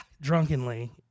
drunkenly